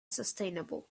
sustainable